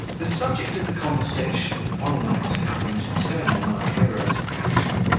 the subject of the conversation, one night, happening to turn on our hero's passion,